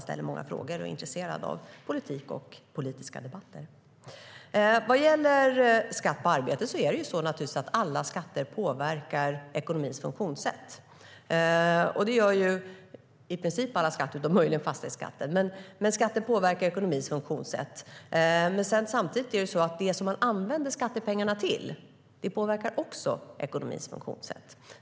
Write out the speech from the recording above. Ni ställer många frågor och är intresserade av politik och politiska debatter. Vad gäller skatt på arbete är det naturligtvis så att alla skatter påverkar ekonomins funktionssätt - i princip alla skatter, utom möjligen fastighetsskatten. Samtidigt är det så att det man använder skatterna till också påverkar ekonomins funktionssätt.